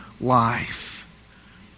life